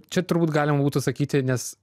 čia turbūt galima būtų sakyti nes